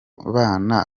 bana